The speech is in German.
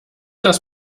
das